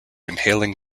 inhaling